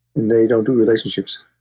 and they don't do relationships.